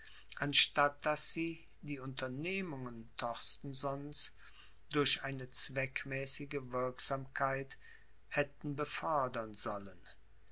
anstatt daß sie die unternehmungen torstensons durch eine zweckmäßige wirksamkeit hätten befördern sollen